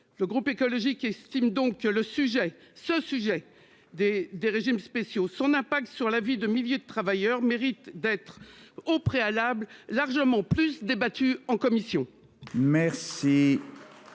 Le groupe écologiste estime donc que le sujet des régimes spéciaux et de son impact sur la vie de milliers de travailleurs mérite, au préalable, un débat en commission